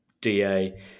da